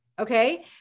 Okay